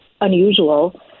unusual